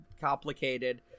complicated